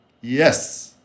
Yes